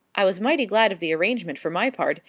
i was mighty glad of the arrangement for my part,